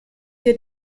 wir